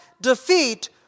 defeat